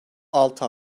altı